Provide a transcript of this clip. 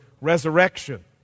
resurrection